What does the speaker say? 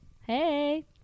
Hey